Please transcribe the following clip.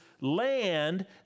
land